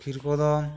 ক্ষীরকদম্ব